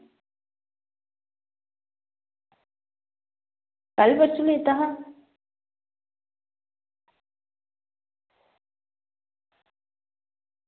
कल्ल परसूं लैता हा